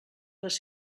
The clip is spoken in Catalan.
les